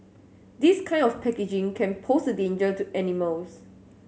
this kind of packaging can pose a danger to animals